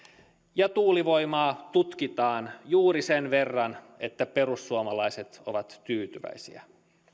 ja tuulivoimaa tutkitaan juuri sen verran että perussuomalaiset ovat tyytyväisiä